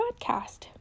podcast